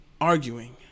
arguing